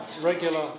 regular